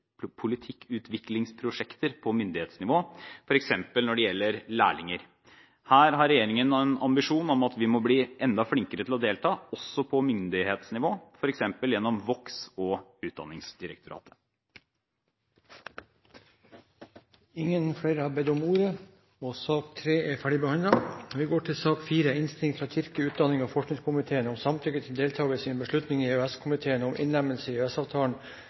politikkutviklingsprosjekter på myndighetsnivå, f.eks. når det gjelder lærlinger. Her har regjeringen en ambisjon om at vi må bli enda flinkere til å delta, også på myndighetsnivå, f.eks. gjennom Vox og Utdanningsdirektoratet. Flere har ikke bedt om ordet til sak nr. 3. Etter ønske fra kirke-, utdannings- og forskningskomiteen vil presidenten foreslå at taletiden begrenses til